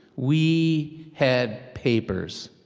we had papers.